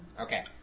Okay